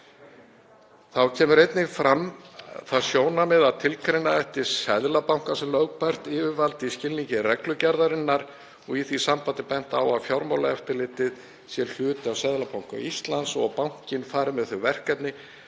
Þá kemur einnig fram það sjónarmið að tilgreina ætti að Seðlabankinn sé lögbært yfirvald í skilningi reglugerðarinnar. Í því sambandi er bent á að Fjármálaeftirlitið sé hluti af Seðlabanka Íslands og að bankinn fari með þau verkefni